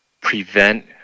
prevent